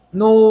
no